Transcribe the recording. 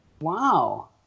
Wow